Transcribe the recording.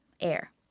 air